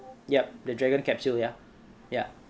yup the dragon capsule ya ya